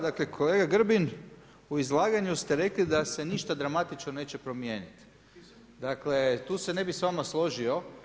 Dakle, kolega Grbin, u izlaganju ste rekli da se ništa dramatično neće promijeniti, dakle tu se ne bi s vama složio.